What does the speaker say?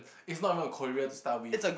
it's not even a career to start with